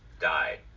died